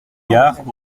gards